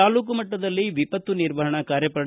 ತಾಲೂಕು ಮಟ್ಟದಲ್ಲಿ ವಿಪತ್ತು ನಿರ್ವಹಣಾ ಕಾರ್ಯಪಡೆ